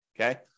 okay